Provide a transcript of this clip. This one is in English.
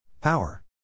Power